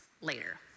later